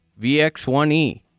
VX1E